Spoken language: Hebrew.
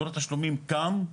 מדור התשלומים קם על